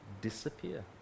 disappear